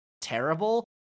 terrible